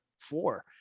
Four